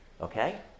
okay